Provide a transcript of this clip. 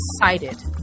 excited